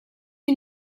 who